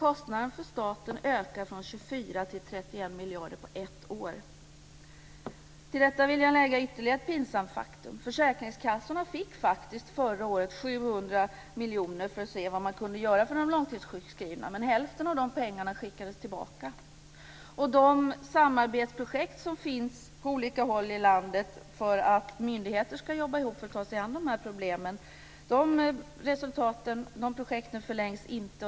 Kostnaderna för staten ökar från 24 till 31 miljarder på ett år. Till detta vill jag lägga ytterligare ett pinsamt faktum. Försäkringskassorna fick förra året 700 miljoner kronor för att se vad som kunde göras för de långtidssjukskrivna men hälften av de pengarna skickades tillbaka. De samarbetsprojekt som finns på olika håll i landet för att myndigheter ska jobba ihop och ta sig an de här problemen förlängs inte.